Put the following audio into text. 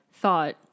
thought